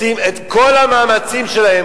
לשים את כל המאמצים שלהם